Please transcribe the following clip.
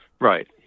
Right